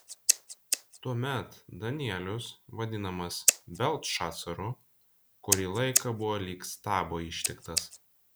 tuomet danielius vadinamas beltšacaru kurį laiką buvo lyg stabo ištiktas